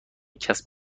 کسب